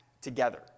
together